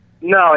No